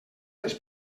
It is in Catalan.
les